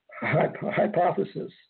hypothesis